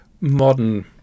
modern